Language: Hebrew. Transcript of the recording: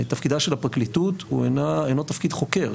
תפקידה של הפרקליטות הוא אינו תפקיד חוקר.